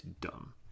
dumb